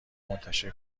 منتشر